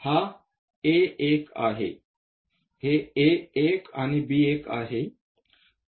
हा A1 आहे हे A1 आणि B1 आहे